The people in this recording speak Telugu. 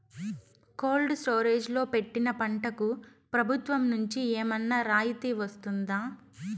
కోల్డ్ స్టోరేజ్ లో పెట్టిన పంటకు ప్రభుత్వం నుంచి ఏమన్నా రాయితీ వస్తుందా?